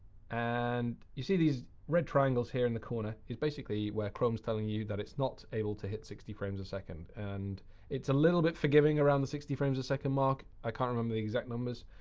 and you see these red triangles here in the corner is basically where chrome is telling you that it's not able to hit sixty frames a second. and it's a little bit forgiving around the sixty frames a second mark. i can't remember the exact numbers.